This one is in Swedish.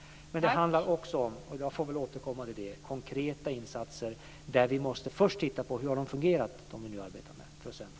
Men det handlar också om, vilket jag får återkomma till, konkreta insatser där vi först måste titta på hur de som vi nu arbetar med har fungerat för att sedan fortsätta.